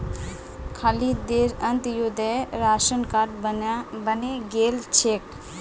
खालिदेर Antyodaya ration card बने गेल छेक